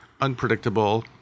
unpredictable